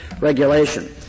regulation